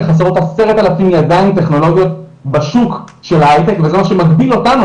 חסרות 10,000 ידיים טכנולוגיות בשוק של ההייטק וזה מה שמגביל אותנו,